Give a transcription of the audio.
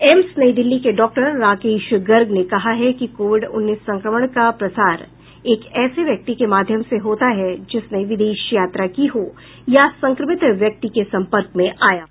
AIIMS Nai Delhi के doctor Rakesh Garg ने कहा है कि कोविड उन्नीस संक्रमण का प्रसार एक ऐसे व्यक्ति के माध्यम से होता है जिसने विदेश यात्रा की हो या संक्रमित व्यक्ति के संपर्क में आया हो